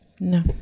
No